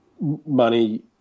money –